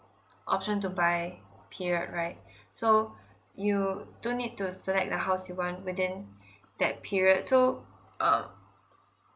option to buy period right so you don't need to select the house you want within that period so um